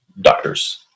doctors